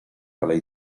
alei